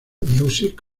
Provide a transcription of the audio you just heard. music